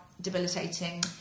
debilitating